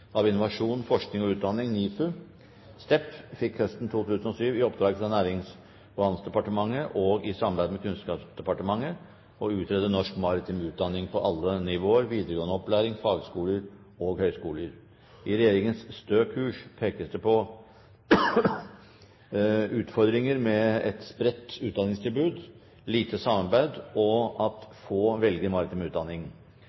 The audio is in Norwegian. av innovasjon, forskning og utdanning fikk høsten 2007 i oppdrag av Nærings- og handelsdepartementet sammen med Kunnskapsdepartementet å utrede maritim utdanning på alle nivåer, fra videregående skole og fagskole til høyskole. I regjeringens «Stø kurs» pekes det på utfordringer ved et bredt og spredt utdanningstilbud, lite samarbeid og